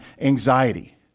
anxiety